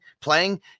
playing